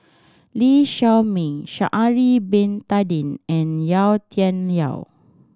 Lee Shao Meng Sha'ari Bin Tadin and Yau Tian Yau